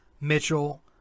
Mitchell